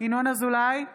ינון אזולאי,